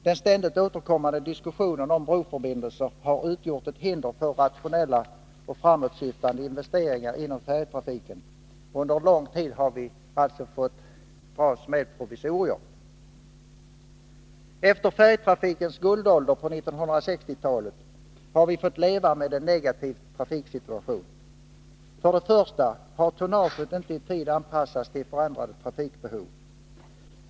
Den ständigt återkommande diskussionen om broförbindelse har utgjort ett hinder för rationella och framåtsyftande investeringar inom färjetrafiken. Under lång tid har vi fått dras med provisorier. Efter färjetrafikens guldålder på 1960-talet har vi fått leva med en negativ trafiksituation. Till att börja med har tonnaget inte i tid anpassats till förändrade trafikbehov.